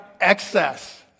excess